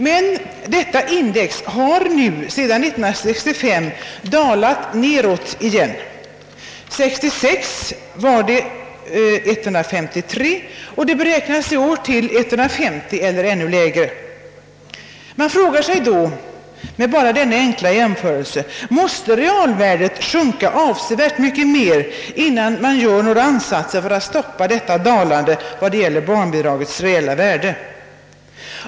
Men detta index har sedan 1965 dalat nedåt igen — 1966 var det 153 och beräknas i år bli 150 eller ännu lägre. Man frågar sig då, med bara denna enkla jämförelse: Måste realvärdet sjunka avsevärt mycket mer innan några ansatser görs för att stoppa detta dalande vad gäller barnbidragets reella värde?